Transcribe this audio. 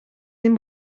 این